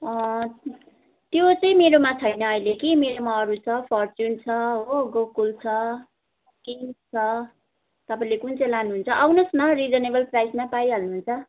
अँ त्यो चाहिँ मेरोमा छैन अहिले कि मेरोमा अरू छ फर्चुन छ हो गोकुल छ किङ्ग्स छ तपाईँले कुन चाहिँ लानुहुन्छ आउनुहोस् न रिजनेबल प्राइसमै पाइहाल्नु हुन्छ